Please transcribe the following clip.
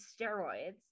steroids